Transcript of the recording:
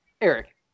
Eric